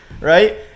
right